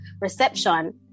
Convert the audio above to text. reception